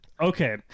Okay